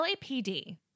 LAPD